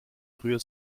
früher